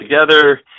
together